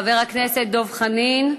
חבר הכנסת דב חנין,